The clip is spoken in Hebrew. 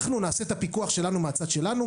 אנחנו נעשה את הפיקוח שלנו מהצד שלנו,